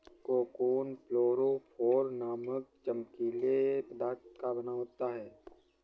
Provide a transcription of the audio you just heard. cocoon fluorophore नामक चमकीले पदार्थ का बना होता है